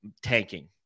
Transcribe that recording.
tanking